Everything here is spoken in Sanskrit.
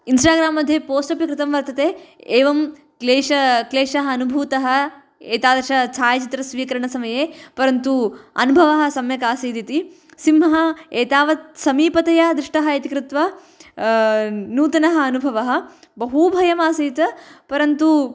इन्स्टाग्रां मध्ये पोस्ट् अपि कृतं वर्तते एवं क्लेश क्लेशः अनुभूतः एतादृशछायाचित्रस्वीकरणसमये परन्तु अनुभवः सम्यक् आसीदिति सिंहः एतावत्समीपतया दृष्टः इति कृत्वा नूतनः अनुभवः बहु भयमासीत् परन्तु